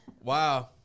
Wow